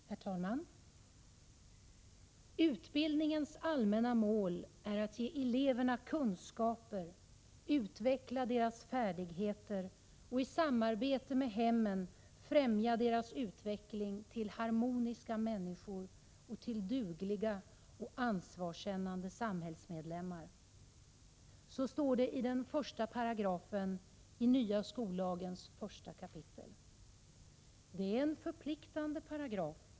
Herr talman! ”---Utbildningens allmänna mål är att ge eleverna kunskaper, utveckla deras färdigheter och i samarbete med hemmen främja deras utveckling till harmoniska människor och till dugliga och ansvarskännande samhällsmedlemmar.” Så står det i 1 § av den nya skollagens första kapitel. Det är en förpliktande paragraf.